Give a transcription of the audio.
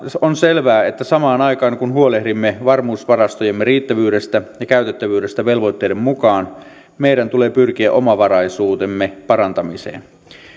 on selvää että samaan aikaan kun huolehdimme varmuusvarastojemme riittävyydestä ja käytettävyydestä velvoitteiden mukaan meidän tulee pyrkiä omavaraisuutemme parantamiseen